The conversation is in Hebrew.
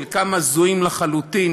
חלקם הזויים לחלוטין,